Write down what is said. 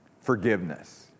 Forgiveness